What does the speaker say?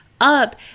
up